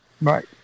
right